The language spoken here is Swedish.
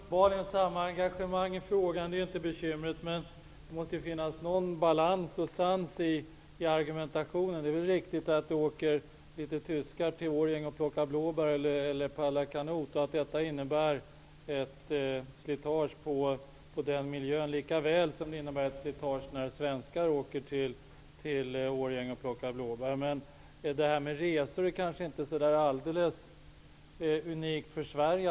Herr talman! Vi har uppenbarligen samma engagemang för frågan, så det är inte bekymret. Men det måste finnas någon balans och sans i argumentationen. Det är riktigt att när tyskar åker till Årjäng, plockar blåbär och paddlar kanot innebär det ett slitage på den miljön, lika väl som det innebär slitage när svenskar åker till Årjäng och plockar blåbär. Att vara mottagare av resor kanske inte är helt unikt för Sverige.